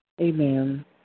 Amen